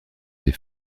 des